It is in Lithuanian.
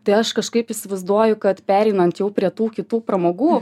tai aš kažkaip įsivaizduoju kad pereinant jau prie tų kitų pramogų